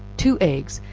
two eggs,